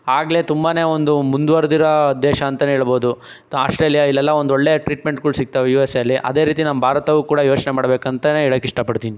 ಆಗಲೇ ತುಂಬನೇ ಒಂದು ಮುಂದುವರೆದಿರೋ ದೇಶ ಅಂತಲೇ ಹೇಳಬೋದು ಆಸ್ಟ್ರೇಲಿಯಾ ಇಲ್ಲೆಲ್ಲ ಒಂದೊಳ್ಳೆ ಟ್ರೀಟ್ಮೆಂಟ್ಗಳು ಸಿಗ್ತವೇ ಯು ಎಸ್ ಎಯಲ್ಲಿ ಅದೇ ರೀತಿ ನಮ್ಮ ಭಾರತವೂ ಕೂಡ ಯೋಚನೆ ಮಾಡ್ಬೇಕಂತಲೇ ಹೇಳೋಕೆ ಇಷ್ಟಪಡ್ತೀನಿ